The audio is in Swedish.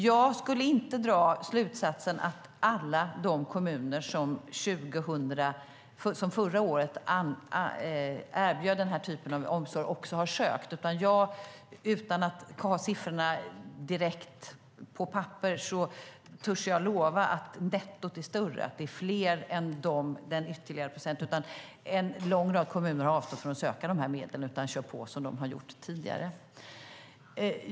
Jag skulle inte dra slutsatsen att alla de kommuner som förra året erbjöd den här typen av omsorg också har sökt, utan jag törs lova, utan att ha siffrorna direkt på papper, att nettot är större och att antalet alltså är fler. En lång rad kommuner har avstått från att söka de här medlen och kör på som de har gjort tidigare.